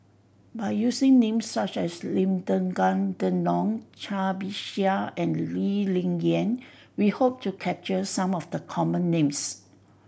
by using names such as Lim Denan Denon Cai Bixia and Lee Ling Yen we hope to capture some of the common names